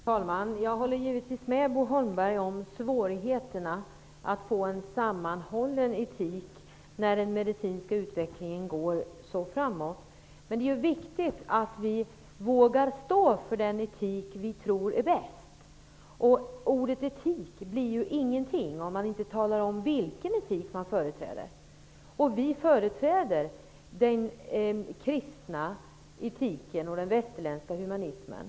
Herr talman! Jag håller givetvis med Bo Holmberg om svårigheterna att få en sammanhållen etik när den medicinska utvecklingen går så snabbt framåt. Det är viktigt att vi vågar stå för den etik vi tror är bäst. Ordet etik blir ju ingenting om man inte talar om vilken etik man företräder. Vi företräder den kristna etiken och den västerländska humanismen.